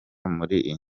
muri